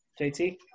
JT